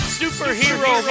superhero